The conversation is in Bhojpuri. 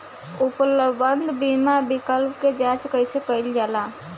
उपलब्ध बीमा विकल्प क जांच कैसे कइल जाला?